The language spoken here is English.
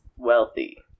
wealthy